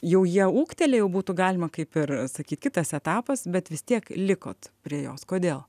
jau jie ūgtelėję jau būtų galima kaip ir sakyt kitas etapas bet vis tiek likot prie jos kodėl